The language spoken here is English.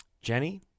Jenny